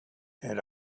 and